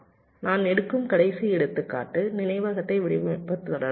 நான் எடுக்கும் கடைசி எடுத்துக்காட்டு நினைவகத்தை வடிவமைப்பது தொடர்பானது